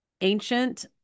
ancient